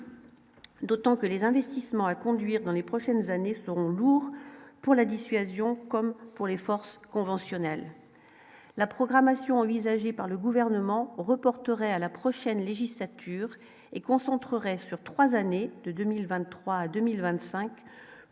d'autant que les investissements à conduire dans les prochaines années seront lourds pour la dissuasion, comme pour les forces conventionnelles, la programmation envisagée par le gouvernement reporterait à la prochaine législature et concentreraient sur 3 années de 2023 2025,